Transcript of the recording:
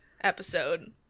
episode